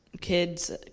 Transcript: kids